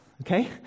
Okay